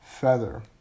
feather